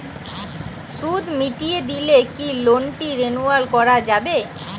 সুদ মিটিয়ে দিলে কি লোনটি রেনুয়াল করাযাবে?